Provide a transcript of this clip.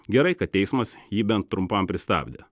gerai kad teismas jį bent trumpam pristabdė